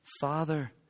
Father